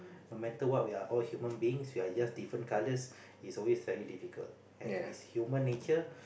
no matter what we are all human beings we are just different colors it is always very difficult and it's human nature